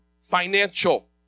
financial